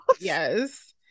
yes